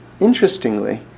interestingly